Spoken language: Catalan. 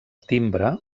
timbre